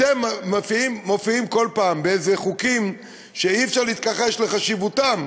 אתם מופיעים כל פעם באיזה חוקים שאי-אפשר להתכחש לחשיבותם,